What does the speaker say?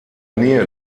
nähe